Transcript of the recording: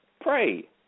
Pray